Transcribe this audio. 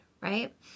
right